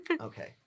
Okay